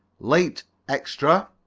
late extra